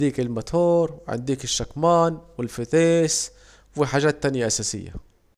عنديك المتور عنديك الشكمان والفتيس وحاجات تانية اساسية